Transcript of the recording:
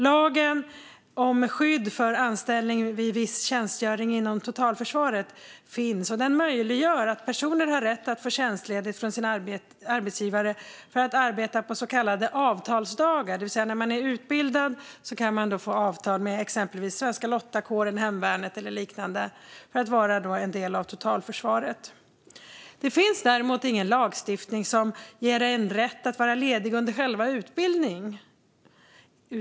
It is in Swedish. Lagen om skydd för anställning vid viss tjänstgöring inom totalförsvaret finns och möjliggör att personer har rätt att få tjänstledigt från sin arbetsgivare för att arbeta på så kallade avtalsdagar. När man är utbildad kan man få avtal med exempelvis Svenska Lottakåren, hemvärnet och liknande för att vara en del av totalförsvaret. Det finns däremot ingen lagstiftning som ger dig rätt att vara ledig under själva utbildningen.